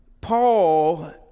Paul